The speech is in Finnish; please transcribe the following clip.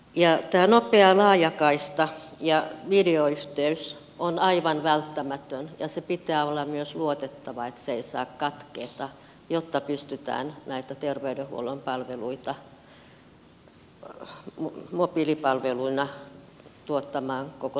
tämä nopea laajakaista ja videoyhteys on aivan välttämätön ja sen pitää olla myös luotettava se ei saa katketa jotta pystytään näitä terveydenhuollon palveluita mobiilipalveluina tuottamaan koko suomen alueella